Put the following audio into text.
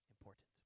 important